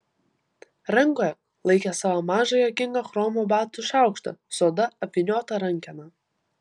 rankoje laikė savo mažą juokingą chromo batų šaukštą su oda apvyniota rankena